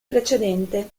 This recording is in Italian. precedente